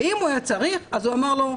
ואם הוא היה צריך הוא אמר לו 'ידידי,